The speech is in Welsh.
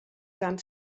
dan